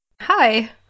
Hi